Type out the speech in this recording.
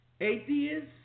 atheists